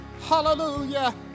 hallelujah